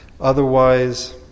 Otherwise